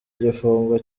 gifungo